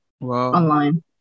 online